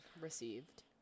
received